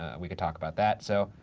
ah we can talk about that, so.